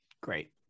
Great